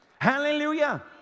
Hallelujah